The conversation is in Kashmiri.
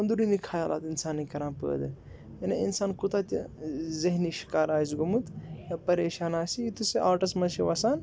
اندروٗنی خیالات اِنسانٕے کران پٲدٕ یعنی اِنسان کوٗتاہ تہِ ذہنی شِکار آسہِ گۄمُت یا پریشان آسہِ یُتھٕے سُہ آٹَز منٛز چھِ وَسان